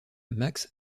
max